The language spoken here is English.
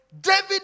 David